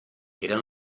eren